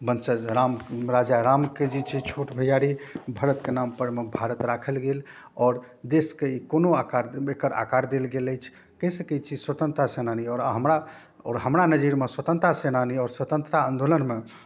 वँशज राम राजारामके जे छोट भैआरी भरतके नामपरमे भारत राखल गेल आओर देशके ई कोनो आकर एकर आकार देल गेल अछि कहि सकै छी स्वतन्त्रता सेनानी आओर हमरा आओर हमरा नजरिमे स्वतन्त्रता सेनानी आओर स्वतन्त्रता आन्दोलनमे